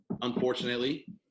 unfortunately